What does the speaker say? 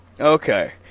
Okay